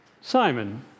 Simon